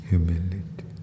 Humility